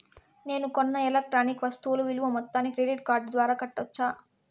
నేను కొన్న ఎలక్ట్రానిక్ వస్తువుల విలువ మొత్తాన్ని క్రెడిట్ కార్డు ద్వారా కట్టొచ్చా?